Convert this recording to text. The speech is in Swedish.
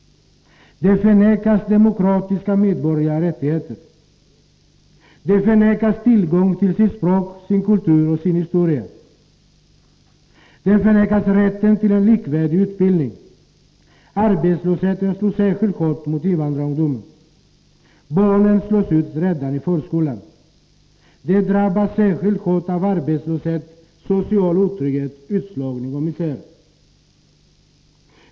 De förnekas demokratiska medborgerliga rättigheter. De förnekas tillgång till sitt språk, sin kultur och sin historia. De förvägras rätten till en likvärdig utbildning. Arbetslösheten slår särskilt hårt mot invandrarungdom. Barnen slås ut redan i förskolan. De drabbas särskilt hårt av arbetslöshet, social otrygghet, utslagning och misär.